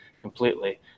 completely